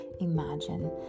imagine